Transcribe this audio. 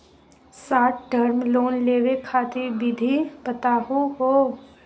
Short term loan लेवे खातीर विधि बताहु हो?